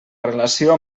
relació